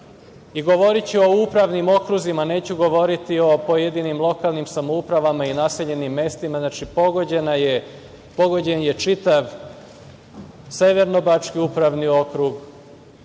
i govoriću u upravnim okruzima. Neću govoriti o pojedinim lokalnim samoupravama i naseljenim mestima. Znači, pogođen je čitav severno-bački upravni okrug,